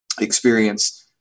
experience